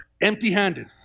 empty-handed